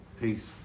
Peace